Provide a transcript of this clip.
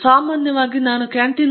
ಅದು ಬಹಳ ಮುಖ್ಯ ಎಂದು ನಾನು ಭಾವಿಸುತ್ತೇನೆ